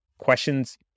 questions